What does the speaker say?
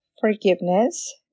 forgiveness